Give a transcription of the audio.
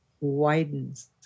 widens